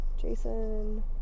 Jason